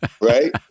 Right